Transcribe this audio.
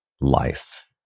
life